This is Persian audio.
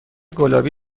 گلابی